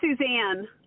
Suzanne